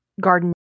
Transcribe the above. garden